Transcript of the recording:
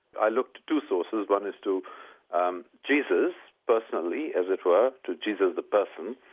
i look to two sources, one is to um jesus personally as it were, to jesus the person,